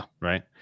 Right